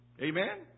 Amen